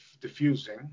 diffusing